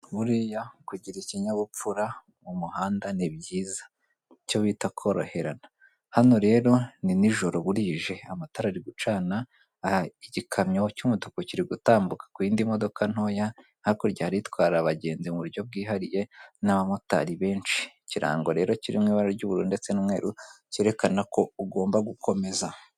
Buriya kugira ikinyabupfura mu muhanda ni byiza, icyo bita koroherana. Hano rero ni nijoro burije, amatara ari gucana, igikamyo cy'umutuku kiri gutambuka ku yindi modoka ntoya, hakurya hari itwara abagenzi mu buryo bwihariye n'abamotari benshi. Ikirango rero kiri mu ibara ry'ubururu ndetse n'umweru cyerekana ko ugomba gukomeza.